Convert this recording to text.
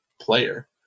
player